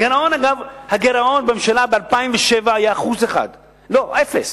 הגירעון, אגב, בממשלה ב-2007 היה 1%; לא, אפס.